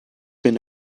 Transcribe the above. been